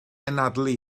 anadlu